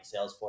Salesforce